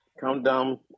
Countdown